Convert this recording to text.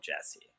jesse